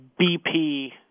BP